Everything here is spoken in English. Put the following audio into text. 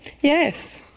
Yes